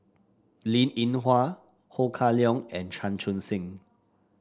Linn In Hua Ho Kah Leong and Chan Chun Sing